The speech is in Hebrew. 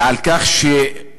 ועל כך שהונהג,